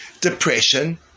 depression